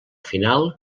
final